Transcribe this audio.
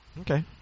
Okay